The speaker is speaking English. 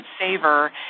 saver